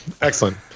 excellent